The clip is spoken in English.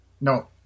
No